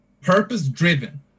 purpose-driven